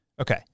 okay